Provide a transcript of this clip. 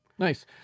Nice